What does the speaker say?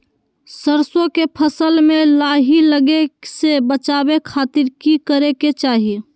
सरसों के फसल में लाही लगे से बचावे खातिर की करे के चाही?